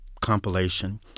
compilation